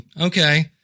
okay